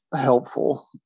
helpful